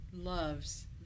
loves